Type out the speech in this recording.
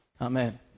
Amen